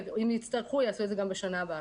ואם יהיה צורך זה ייעשה בדרך זו גם בשנה הבאה.